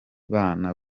bana